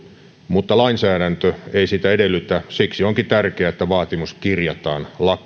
mutta lainsäädäntö ei sitä edellytä siksi onkin tärkeää että vaatimus kirjataan lakiin